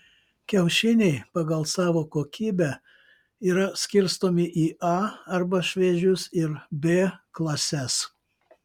kiaušiniai pagal savo kokybę yra skirstomi į a arba šviežius ir b klases